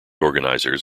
organizers